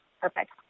perfect